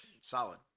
Solid